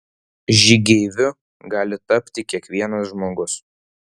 žygeiviu gali tapti kiekvienas žmogus